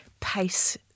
pace